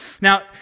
Now